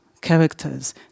characters